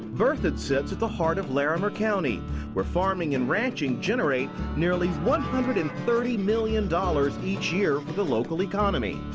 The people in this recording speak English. berthoud sits at the heart of larimer county where farming and ranching generate nearly one hundred and thirty million dollars each year for the local economy.